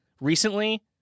recently